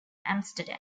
amsterdam